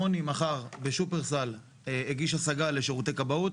רוני מחר בשופרסל הגיש השגה לשירותי כבאות,